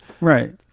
right